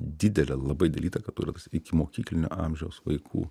didelę labai dilę įtaką turi tas ikimokyklinio amžiaus vaikų